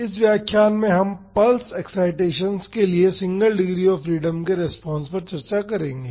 इस व्याख्यान में हम पल्स एक्साइटेसन्स के लिए सिंगल डिग्री ऑफ़ फ्रीडम के रेस्पॉन्स पर चर्चा करेंगे